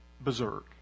berserk